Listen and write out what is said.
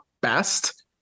best